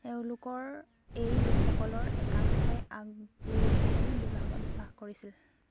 তেওঁলোকৰ এই লোকসকলৰ অধিকাংশই আগবোভিল বিভাগত বাস কৰিছিল